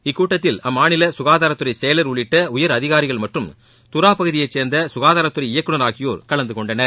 இக்கூட்டத்தில் அம்மாநில ககாதாரத்துறை செயலர் உள்ளிட்ட உயர் அதிகாரிகள் மற்றும் தரா பகுதியை சேர்ந்த சுகாதாரத்துறை இயக்குனர் ஆகியோர் கலந்துகொண்டனர்